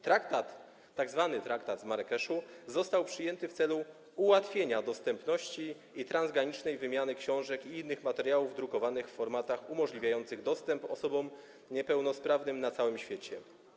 Traktat, tzw. traktat z Marrakeszu, został przyjęty w celu ułatwienia dostępności i transgranicznej wymiany książek i innych materiałów drukowanych w formatach umożliwiających dostęp osobom niepełnosprawnym na całym świecie.